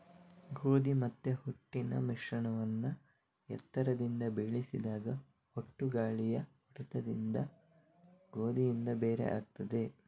ಗೋಧಿ ಮತ್ತೆ ಹೊಟ್ಟಿನ ಮಿಶ್ರಣವನ್ನ ಎತ್ತರದಿಂದ ಬೀಳಿಸಿದಾಗ ಹೊಟ್ಟು ಗಾಳಿಯ ಹೊಡೆತದಿಂದ ಗೋಧಿಯಿಂದ ಬೇರೆ ಆಗ್ತದೆ